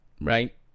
Right